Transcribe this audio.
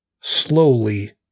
slowly